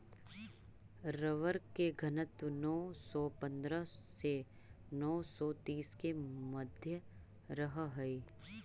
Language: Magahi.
रबर के घनत्व नौ सौ पंद्रह से नौ सौ तीस के मध्य रहऽ हई